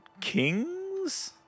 kings